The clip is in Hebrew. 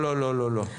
לא, לא, עצרי את זה.